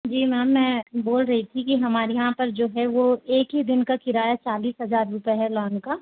जी ma'am रुपए मैं बोल रही थी कि हमारे यहाँ पर जो है वो एक ही दिन का किराया चालीस हज़ार रुपए है लॉन का